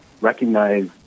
recognize